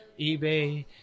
eBay